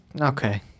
okay